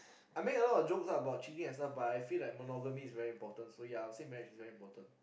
I make a lot of jokes lah about cheating and stuff but I feel that monogomy is very important so ya I would say marriage is very important